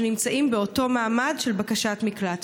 שנמצאים באותו מעמד של בקשת מקלט?